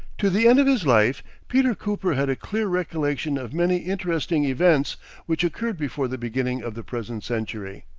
to the end of his life, peter cooper had a clear recollection of many interesting events which occurred before the beginning of the present century.